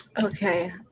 Okay